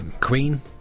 Queen